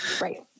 right